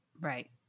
Right